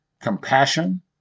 Compassion